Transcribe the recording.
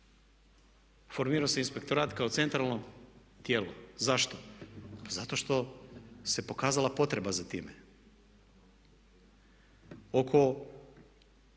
Formirao se inspektorat kao centralno tijelo. Zašto? Pa zato što se pokazala potreba za time. Oko